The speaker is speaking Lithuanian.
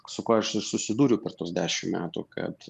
su kuo aš ir susidūriau per tuos dešim metų kad